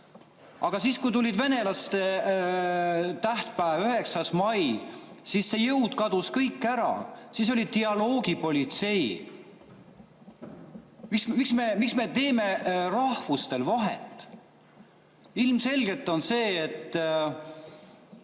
Aga siis, kui tuli venelaste tähtpäev 9. mai, siis see jõud kadus kõik ära, siis oli dialoogipolitsei. Miks me teeme rahvustel vahet? Ilmselgelt te